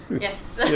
Yes